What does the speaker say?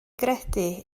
gredu